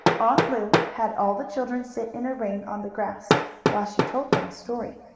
aunt lu had all the children sit in a ring on the grass while she told them a story.